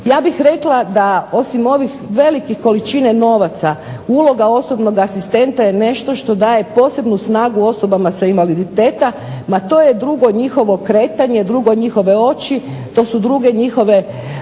ja bih rekla da osim ove velike količine novaca, uloga osobnog asistenta je nešto što daje posebnu snagu osoba sa invaliditetom, na to je drugo njihovo kretanje, druge njihove oči, to su druge njihove